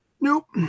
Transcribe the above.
Nope